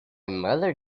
mother